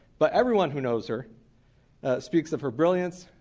but everyone who knows her speaks of her brilliance,